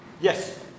Yes